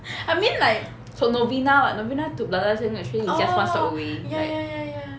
I mean like from novena [what] novena to plaza sing actually is just one stop away like